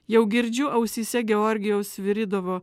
jau girdžiu ausyse georgijaus sviridovo